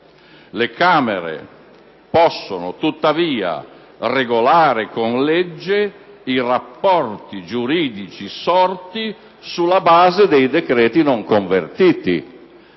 Le Camere possono tuttavia regolare con legge i rapporti giuridici sorti sulla base dei decreti non convertiti».